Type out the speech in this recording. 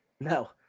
No